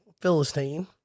Philistine